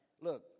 Look